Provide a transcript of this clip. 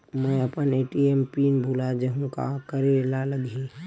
मैं अपन ATM PIN भुला जहु का करे ला लगही?